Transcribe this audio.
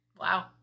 Wow